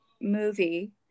movie